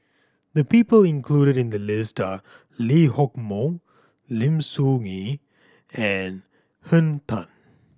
the people included in the list are Lee Hock Moh Lim Soo Ngee and Henn Tan